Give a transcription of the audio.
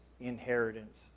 inheritance